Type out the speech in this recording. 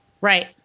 right